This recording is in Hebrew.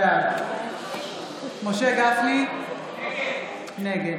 בעד משה גפני, נגד